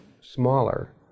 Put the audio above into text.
smaller